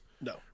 No